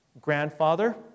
grandfather